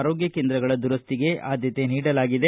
ಆರೋಗ್ನ ಕೇಂದ್ರಗಳ ದುರಸ್ತಿಗೆ ಆದ್ದತೆ ನೀಡಲಾಗಿದೆ